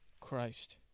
Christ